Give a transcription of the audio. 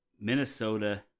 Minnesota